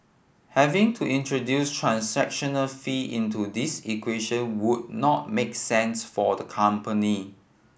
having to introduce transaction fee into this equation would not make sense for the company